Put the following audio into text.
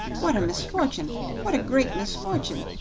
what a misfortune what a great misfortune!